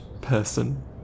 person